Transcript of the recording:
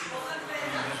בוחן פתע.